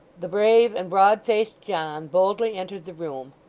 the brave and broad-faced john boldly entered the room,